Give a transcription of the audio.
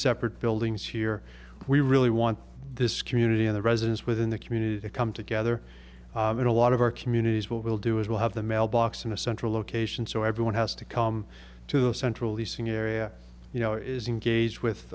separate buildings here we really want this community in the residence within the community to come together in a lot of our communities what we'll do is we'll have the mailbox in a central location so everyone has to come to the central leasing area you know is engage with